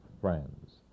friends